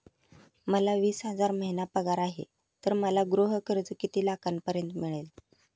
मला वीस हजार महिना पगार आहे तर मला गृह कर्ज किती लाखांपर्यंत मिळेल?